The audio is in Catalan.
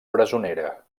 presonera